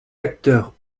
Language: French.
acteurs